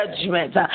judgment